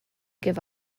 give